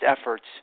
efforts